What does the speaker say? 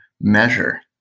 measure